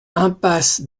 impasse